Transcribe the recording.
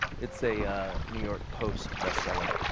it's a ah new york post best seller.